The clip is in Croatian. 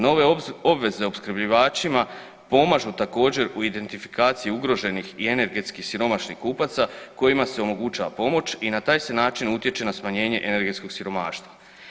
Nove obveze opskrbljivačima pomažu također u identifikaciji ugroženih i energetski siromašnih kupaca kojima se omogućava pomoć i na taj se način utječe na smanjenje energetskog siromaštva.